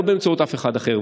לא באמצעות אף אחד אחר,